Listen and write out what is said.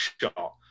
shot